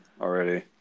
already